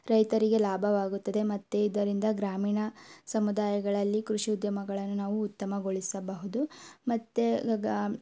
ರೈತರಿಗೆ ಲಾಭವಾಗುತ್ತದೆ ಮತ್ತು ಇದರಿಂದ ಗ್ರಾಮೀಣ ಸಮುದಾಯಗಳಲ್ಲಿ ಕೃಷಿ ಉದ್ಯಮಗಳನ್ನು ನಾವು ಉತ್ತಮಗೊಳಿಸಬಹುದು ಮತ್ತು ಗ